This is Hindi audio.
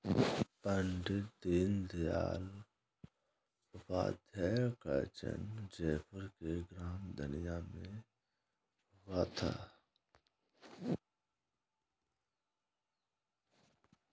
पण्डित दीनदयाल उपाध्याय का जन्म जयपुर के ग्राम धनिया में हुआ था